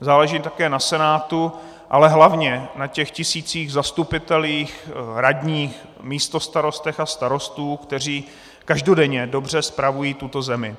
Záleží také na Senátu, ale hlavně na těch tisících zastupitelů, radních, místostarostů a starostů, kteří každodenně dobře spravují tuto zemi.